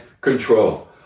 control